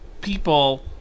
people